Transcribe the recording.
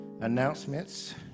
announcements